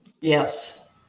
Yes